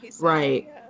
Right